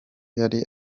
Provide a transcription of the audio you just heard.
yari